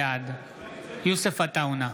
בעד יוסף עטאונה,